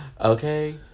Okay